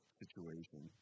situation